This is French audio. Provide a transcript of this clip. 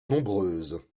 nombreuses